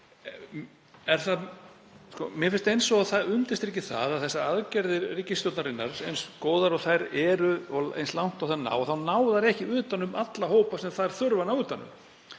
Mér finnst eins og það undirstriki að þessar aðgerðir ríkisstjórnarinnar, eins góðar og þær eru og eins langt og þær ná, ná ekki utan um alla þá hópa sem þær þurfa að ná utan um.